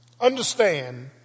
Understand